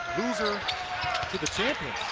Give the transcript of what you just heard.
loser to the champions.